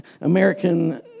American